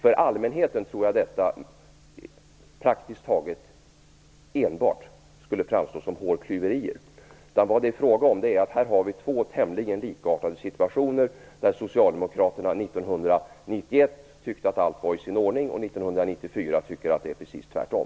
För allmänheten tror jag att detta praktiskt taget enbart skulle framstå som hårklyverier. Vad det är fråga om är att vi här har två tämligen likartade situationer, där socialdemokraterna 1991 tyckte att allt var i sin ordning och 1994 tycker att det är precis tvärtom.